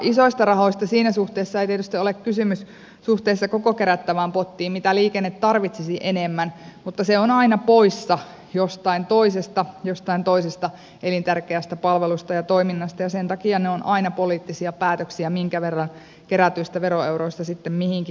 isoista rahoista ei tietysti ole kysymys suhteessa koko kerättävään pottiin mitä liikenne tarvitsisi enemmän mutta se on aina poissa jostain toisesta elintärkeästä palvelusta ja toiminnasta ja sen takia ne ovat aina poliittisia päätöksiä minkä verran kerätyistä veroeuroista sitten mihinkin kohdennetaan